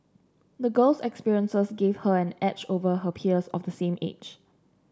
the girl's experiences gave her an edge over her peers of the same age